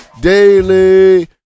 daily